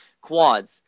quads